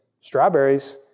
strawberries